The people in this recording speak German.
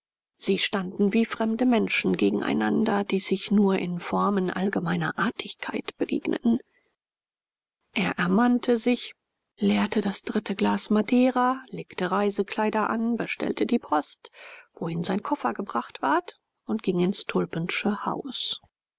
sie standen wie fremde menschen gegen einander die sich nur in formen allgemeiner artigkeit begegneten er ermannte sich leerte das dritte glas madeira legte reisekleider an bestellte die post wohin sein koffer gebracht ward und ging ins tulpensche haus